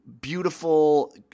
Beautiful